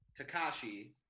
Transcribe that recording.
takashi